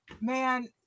Man